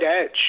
edge